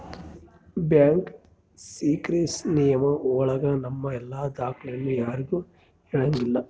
bank secrecy ನಿಯಮ ಒಳಗ ನಮ್ ಎಲ್ಲ ದಾಖ್ಲೆನ ಯಾರ್ಗೂ ಹೇಳಂಗಿಲ್ಲ